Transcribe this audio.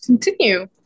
Continue